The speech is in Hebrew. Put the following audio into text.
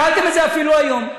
שאלתם את זה אפילו היום.